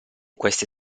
queste